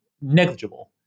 negligible